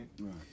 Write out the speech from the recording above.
Right